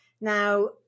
Now